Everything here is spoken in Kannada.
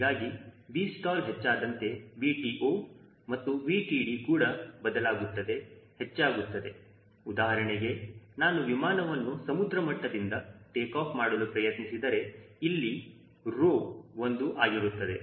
ಹೀಗಾಗಿ 𝑉stall ಹೆಚ್ಚಾದಂಗೆ 𝑉TO ಮತ್ತು 𝑉TD ಕೂಡ ಬದಲಾಗುತ್ತದೆ ಹೆಚ್ಚಾಗುತ್ತದೆ ಉದಾಹರಣೆಗೆ ನಾನು ವಿಮಾನವನ್ನು ಸಮುದ್ರಮಟ್ಟದಿಂದ ಟೇಕಾಫ್ ಮಾಡಲು ಪ್ರಯತ್ನಿಸಿದರೆ ಇಲ್ಲಿ Rho ಒಂದು ಆಗಿರುತ್ತದೆ